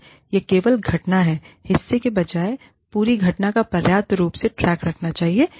और यह केवल घटना के हिस्से के बजाय पूरी घटना को पर्याप्त रूप से ट्रैक करना चाहिए